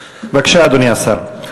בבקשה, אדוני השר.